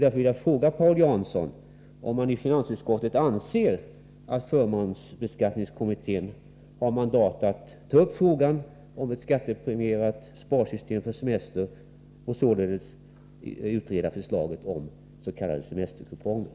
Därför frågar jag Paul Jansson om man i finansutskottet anser att förmånsbeskattningskommittén har mandat att ta upp frågan om ett skattepremierat sparsystem för semester och om man i så fall skall utreda förslaget om s.k. semesterkuponger.